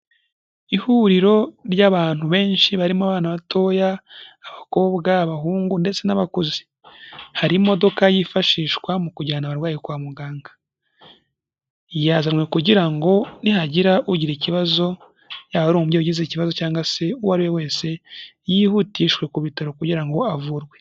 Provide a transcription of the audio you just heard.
Ihuriro ry'abantu benshi barimo abana batoya, abakobwa, abahungu ndetse n'abakozi. Hari imodoka yifashishwa mu kujyana abarwayi kwa muganga. Yazanwe kugira ngo nihagira ugira kikibazo, yaba ari umubyeyi ugize ikibazo cyangwa se uwo ari we wese, yihutishwe kubitaro kugira ngo avurwe.